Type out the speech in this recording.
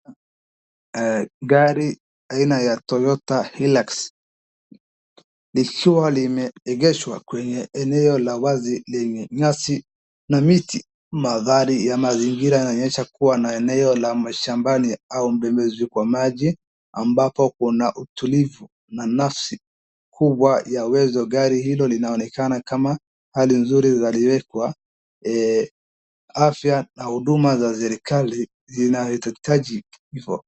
Gari aina ya Toyota Hilux, likiwa limeegeshwa kwenye eneo la wazi lenye nyasi na miti, mazingira inaonyesha kuwa na eneo la mashambani au pembezoni kwa maji ambapo kuna utulivu na nafsi kubwa ya uwezo, gari hilo linaonekana kama hali nzuri na limewekwa afya na huduma ya serikali inayohitaji iko.